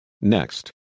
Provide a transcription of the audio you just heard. Next